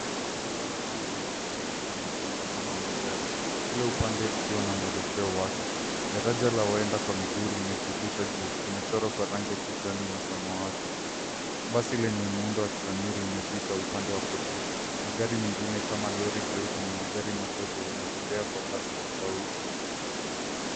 Barabara kuu inaonekana ikiwa na msongamano wa magari, kila upande ikiwa na mwelekeo wake. Daraja la waoenda kwa miguu limejivuta juu limechorwa kwa rangi ya kijani na samawati. Basi lenye muundo wa kisanii limepita kwa kulia. Magari mengine jeupe na magari madogo yanatembea kwa Kasi tofauti.